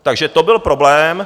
Takže to byl problém.